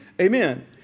Amen